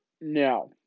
No